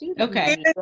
okay